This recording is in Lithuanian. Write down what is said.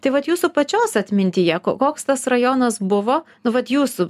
tai vat jūsų pačios atmintyje ko koks tas rajonas buvo nu vat jūsų